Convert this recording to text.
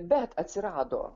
bet atsirado